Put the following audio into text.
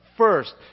First